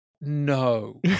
No